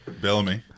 Bellamy